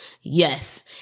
Yes